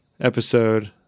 episode